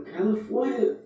California